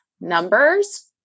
numbers